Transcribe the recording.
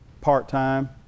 part-time